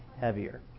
heavier